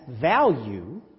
value